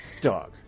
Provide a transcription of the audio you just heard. Dog